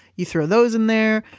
you throw those in there,